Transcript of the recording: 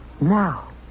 Now